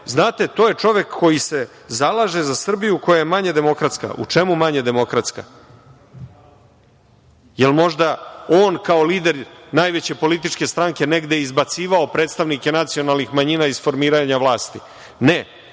znate, to je čovek koji se zalaže za Srbiju koja je manje demokratska. U čemu manje demokratska? Jel možda on kao lider najveće političke stranke negde izbacivao predstavnike nacionalnih manjina iz formiranja vlasti? Ne,